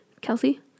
Kelsey